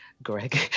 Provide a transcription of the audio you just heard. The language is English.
Greg